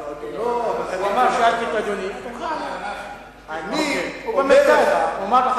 שאלתי את אדוני, אדוני איש